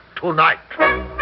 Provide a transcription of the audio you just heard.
tonight